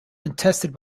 contested